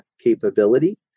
capability